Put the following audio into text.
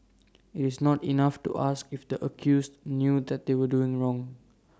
IT is not enough to ask if the accused knew that they were doing wrong